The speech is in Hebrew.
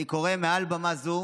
אני קורא מעל במה זו